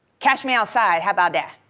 catch me outside, how about that?